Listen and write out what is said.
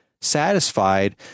satisfied